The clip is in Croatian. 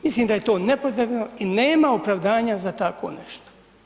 Mislim da je to nepotrebno i nema opravdanja za tako nešto.